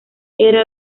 era